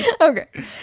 Okay